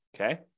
Okay